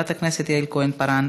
חברת הכנסת יעל כהן-פארן,